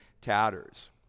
tatters